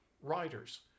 writers